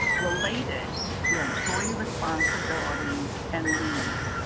related to employee responsibilities and leave.